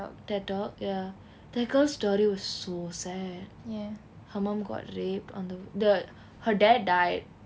ted talk ya that girl's story was so sad her mum got raped on the the her dad died